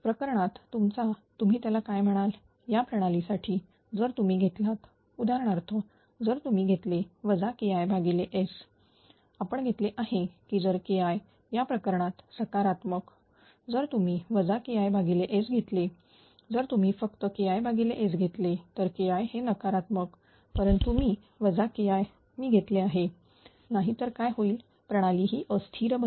प्रकरणात तुमचा तुम्ही त्याला काय म्हणाल या प्रणालीसाठी जर तुम्ही घेतलात उदाहरणार्थ जर तुम्ही घेतले KIS आपण घेतले आहे की जर KI या प्रकरणात सकारात्मक जर तुम्ही KIS घेतले जर तुम्ही फक्त KIS घेतले तर KI हे नकारात्मक परंतु मी KI मी घेतले आहे नाही तर काय होईल प्रणाली ही अस्थिर बनेल